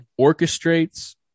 orchestrates